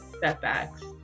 setbacks